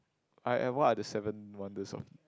I uh what are the seven wonders of